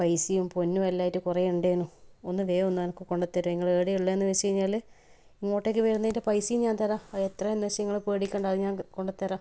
പൈസയും പൊന്നുമെല്ലാമായിട്ട് കുറേ ഉണ്ടേനു ഒന്ന് വേഗം ഒന്ന് എനിക്ക് കൊണ്ട് തരെ നിങ്ങൾ എവിടെയാണ് ഉള്ളതെന്ന് വെച്ചു കഴിഞ്ഞാൽ ഇങ്ങോട്ടേക്ക് വരുന്നതിൻ്റെ പൈസയും ഞാന് തരാം അത് എത്രയാണെന്ന് വെച്ചാൽ നിങ്ങൾ പേടിക്കേണ്ട അത് ഞാന് കൊണ്ടുത്തരാം